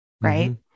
right